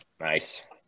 Nice